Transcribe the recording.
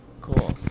cool